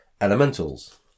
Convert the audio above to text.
elementals